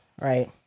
Right